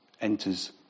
enters